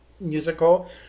musical